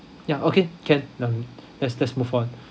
ya okay can ya let's let's move on